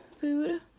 food